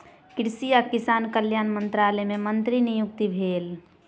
कृषि आ किसान कल्याण मंत्रालय मे मंत्री के नियुक्ति भेल